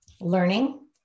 learning